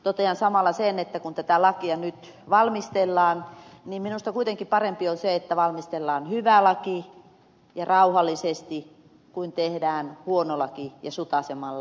totean samalla sen että kun tätä lakia nyt valmistellaan niin minusta kuitenkin parempi on se että valmistellaan hyvä laki ja rauhallisesti kuin se että tehdään huono laki ja sutaisemalla